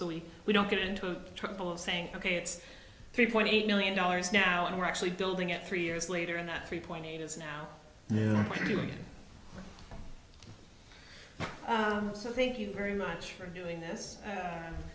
so we we don't get into trouble of saying ok it's three point eight million dollars now and we're actually building it three years later and that three point eight is now new material so thank you very much for doing this